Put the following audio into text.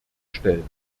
stellen